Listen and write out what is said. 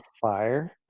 fire